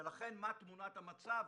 לכן מה תמונת המצב